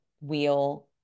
wheel